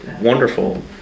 wonderful